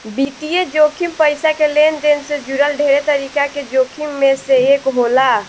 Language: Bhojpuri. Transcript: वित्तीय जोखिम पईसा के लेनदेन से जुड़ल ढेरे तरीका के जोखिम में से एक होला